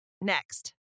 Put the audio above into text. next